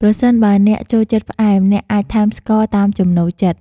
ប្រសិនបើអ្នកចូលចិត្តផ្អែម អ្នកអាចថែមស្ករតាមចំណូលចិត្ត។